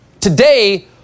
Today